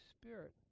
Spirit